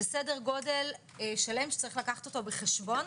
זה סדר גודל שיש לקחתו בחשבון.